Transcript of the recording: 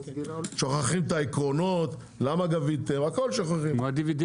שוכחים את העקרונות, למה גביתם, הכול שוכחים.